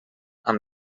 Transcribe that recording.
amb